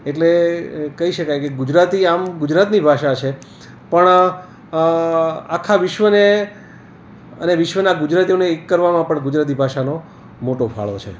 એટલે કહી શકાય કે ગુજરાતી આમ ગુજરાતની ભાષા છે પણ આખા વિશ્વને અને વિશ્વના ગુજરાતીઓને એક કરવામાં પણ ગુજરાતી ભાષાનો મોટો ફાળો છે